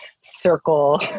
circle